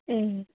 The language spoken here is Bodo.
ए